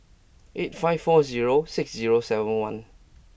eight five four zero six zero seven one